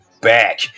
back